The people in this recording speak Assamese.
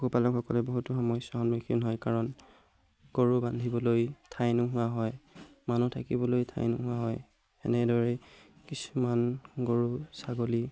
পশুপালকসকলে বহুতো সমস্যাৰ সন্মুখীন হয় কাৰণ গৰু বান্ধিবলৈ ঠাই নোহোৱা হয় মানুহ থাকিবলৈ ঠাই নোহোৱা হয় এনেদৰে কিছুমান গৰু ছাগলী